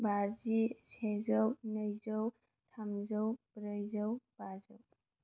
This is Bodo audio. बाजि सेजौ नैजौ थामजौ ब्रैजौ बाजौ